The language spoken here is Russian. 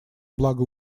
благо